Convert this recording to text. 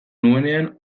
nuenean